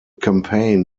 campaign